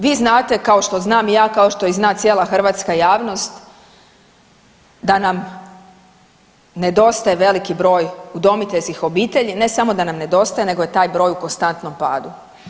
Vi znate, kao što znam i ja, kao što i zna cijela Hrvatska javnost da nam nedostaje veliki broj udomiteljskih obitelji, ne samo da nam nedostaje nego je taj broj u konstantnom padu.